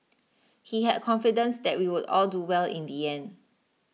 he had confidence that we would all do well in the end